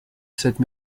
cette